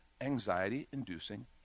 anxiety-inducing